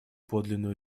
подлинную